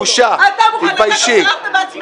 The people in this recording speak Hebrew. בושה, תתביישי.